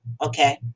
okay